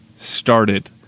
started